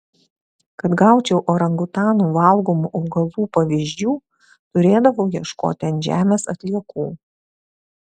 kad gaučiau orangutanų valgomų augalų pavyzdžių turėdavau ieškoti ant žemės atliekų